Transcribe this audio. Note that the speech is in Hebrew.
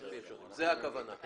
זו הכוונה.